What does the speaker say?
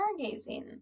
stargazing